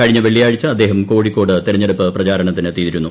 കഴിഞ്ഞ വെള്ളിയാഴ്ച അദ്ദേഹം കോഴിക്കോട് തെരഞ്ഞെടുപ്പ് പ്രചാരണത്തിനെത്തിയിരുന്നു